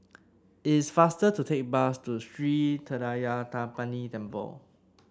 it is faster to take bus to Sri Thendayuthapani Temple